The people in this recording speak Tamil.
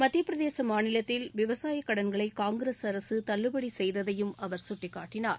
மத்தியப்பிரதேச மாநிலத்தில் விவசாயக்கடன்களை காங்கிரஸ் அரசு தள்ளுபடி செய்ததையும் அவர் சுட்டிக்காட்டினார்